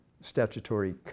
statutory